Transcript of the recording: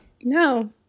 No